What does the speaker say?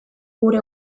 gure